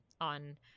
on